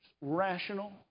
rational